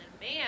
man